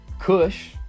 Kush